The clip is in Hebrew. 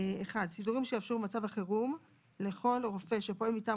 (1)סידורים שיאפשרו במצב חירום לכל רופא שפועל מטעם